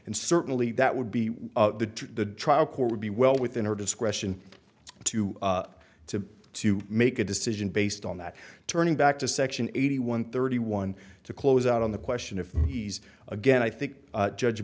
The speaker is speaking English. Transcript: and certainly that would be the trial court would be well within her discretion to to to make a decision based on that turning back to section eighty one thirty one to close out on the question if he's again i think judge